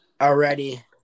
Already